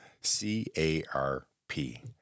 C-A-R-P